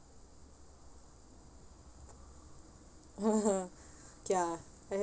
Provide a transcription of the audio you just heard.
ya I